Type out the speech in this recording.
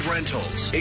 Rentals